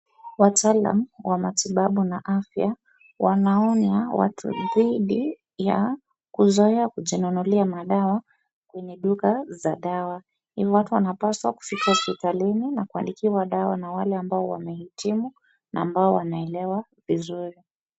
Wataalam wa matibabu na afya, wanaonya watu dhidi ya kuzoea kujinunulia madawa kwenye duka za dawa. Hivyo watu wanapaswa kufika hospitalini na kuandikiwa dawa na wale ambao wamehitimu na ambao wanaelewa vizuri.